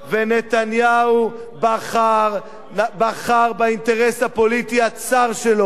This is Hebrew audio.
ונתניהו בחר באינטרס הפוליטי הצר שלו,